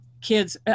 kids